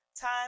time